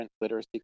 Literacy